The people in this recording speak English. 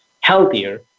healthier